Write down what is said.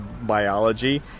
biology